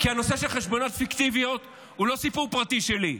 הנושא של חשבוניות פיקטיביות הוא לא סיפור פרטי שלי,